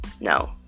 No